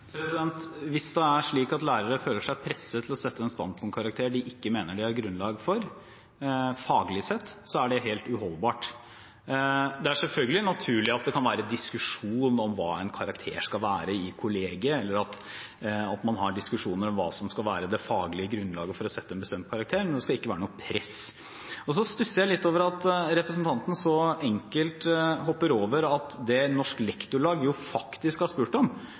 Hvis det er slik at lærere føler seg presset til å sette en standpunktkarakter de mener det ikke er grunnlag for faglig sett, er det helt uholdbart. Det er selvfølgelig naturlig at det i kollegiet kan være diskusjon om hva en karakter skal være, eller at man har diskusjoner om hva som skal være det faglige grunnlaget for å sette en bestemt karakter, men det skal ikke være noe press. Så stusser jeg litt over at representanten så enkelt hopper over at det Norsk Lektorlag faktisk har spurt om,